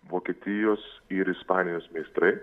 vokietijos ir ispanijos meistrai